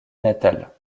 natale